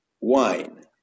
wine